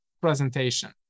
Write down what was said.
presentation